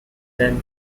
than